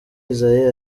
isaie